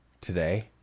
today